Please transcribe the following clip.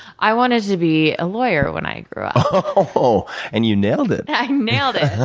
i wanted to be a lawyer when i grew up. oh, and you nailed it. i nailed it.